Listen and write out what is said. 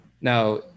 Now